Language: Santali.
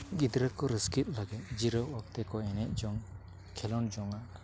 ᱜᱤᱫᱽᱨᱟᱹ ᱠᱚ ᱨᱟᱹᱥᱠᱟᱹᱜ ᱞᱟᱹᱜᱤᱫ ᱡᱤᱨᱟᱹᱣ ᱚᱠᱛᱚᱠᱚ ᱮᱱᱮᱡ ᱡᱚᱝ ᱠᱷᱮᱞᱳᱰ ᱡᱚᱝᱟ